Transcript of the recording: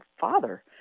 father